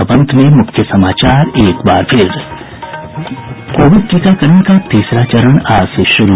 और अब अंत में मुख्य समाचार कोविड टीकाकरण का तीसरा चरण आज से शुरू